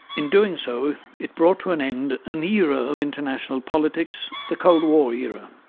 in doing so it brought to an end an era of international politics, the cold war era,